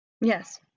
Yes